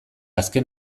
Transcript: azken